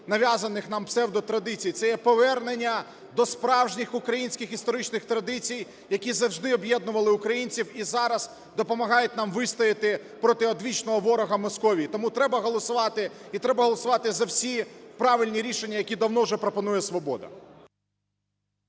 нав'язаних нам, псевдотрадицій, це є повернення до справжніх українських історичних традицій, які завжди об'єднували українців і зараз допомагають нам вистояти проти одвічного ворога – Московії. Тому треба голосувати і треба голосувати за всі правильні рішення, які давно вже пропонує "Свобода".